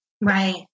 Right